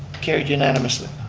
carried unanimously.